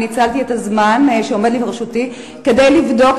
אני ניצלתי את הזמן שעומד לרשותי כדי לבדוק